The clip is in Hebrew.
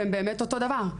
והם באמת אותו דבר.